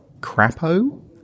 Crapo